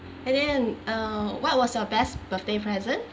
and then uh what was your best birthday present